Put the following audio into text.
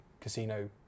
casino